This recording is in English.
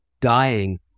dying